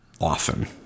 often